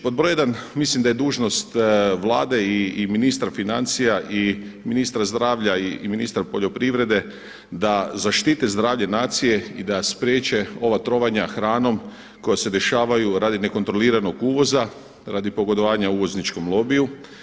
Pod broj jedan, mislim da je dužnost Vlade, i ministra financija, i ministra zdravlja i ministra poljoprivrede da zaštite zdravlje nacije i da spriječe ova trovanja hranom koja se dešavaju radi nekontroliranog uvoza, radi pogodovanja uvozničkom lobiju.